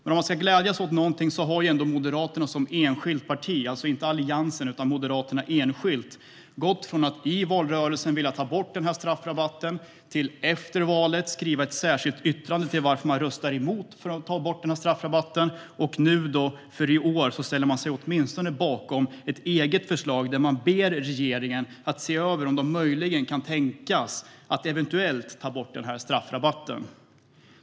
Om man ska glädjas åt någonting har ändå Moderaterna som enskilt parti, alltså inte Alliansen utan Moderaterna enskilt, gått från att i valrörelsen vilja ta bort straffrabatten till att efter valet skriva ett särskilt yttrande om varför de röstar emot att ta bort straffrabatten. I år ställer de sig åtminstone bakom ett eget förslag, där de ber regeringen att se över om de möjligen kan tänkas att eventuellt ta bort straffrabatten.